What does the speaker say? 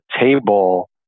table